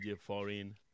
Foreign